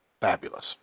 fabulous